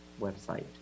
website